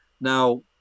Now